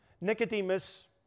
Nicodemus